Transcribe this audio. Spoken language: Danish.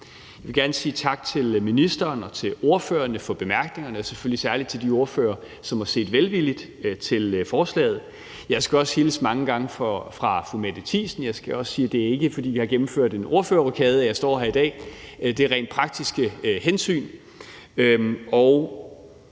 Jeg vil gerne sige tak til ministeren og til ordførerne for bemærkningerne – selvfølgelig særlig til de ordførere, som har set velvilligt på forslaget. Jeg skal også hilse mange gange fra fru Mette Thiesen, og så skal jeg også sige, at det ikke er, fordi vi har gennemført en ordførerrokade, at jeg står her i dag; det er rent praktiske hensyn,